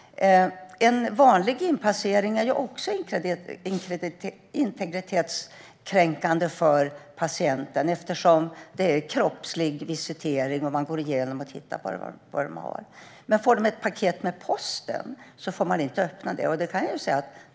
En vanlig inpassering är ju också integritetskränkande för patienten eftersom det görs en kroppslig visitering. Man går igenom och tittar på vad patienten har. Men om det kommer ett paket med posten får man inte öppna det.